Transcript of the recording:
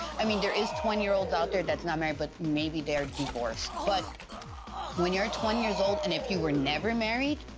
i mean, there is twenty year olds out there that's not married, but maybe they're divorced. but when you're twenty years old, and if you were never married,